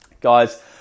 Guys